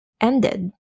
ended